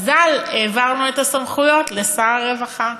מזל, העברנו את הסמכויות לשר הרווחה,